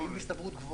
האם הסתברות גבוהה?